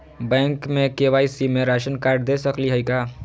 Bank में KYC में ration card दे सकली हई का?